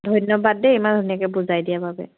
ধন্যবাদ দেই ইমান ধুনীয়াকৈ বুজাই দিয়াৰ বাবে